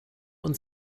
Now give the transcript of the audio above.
uns